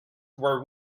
were